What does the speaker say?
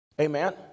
Amen